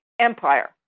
empire